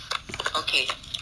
okay